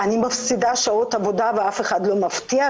אני מפסידה שעות עבודה ואף אחד לא מבטיח